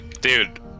Dude